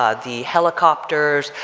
ah the helicopters,